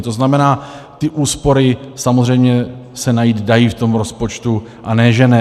To znamená, ty úspory se samozřejmě najít dají v tom rozpočtu, a ne že ne.